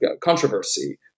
controversy